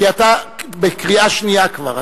כי אתה בקריאה שנייה כבר.